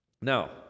Now